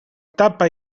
tapa